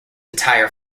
entire